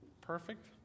perfect